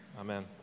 amen